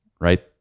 right